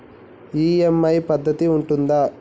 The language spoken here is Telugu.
ఈ.ఎమ్.ఐ పద్ధతి ఉంటదా?